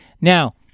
Now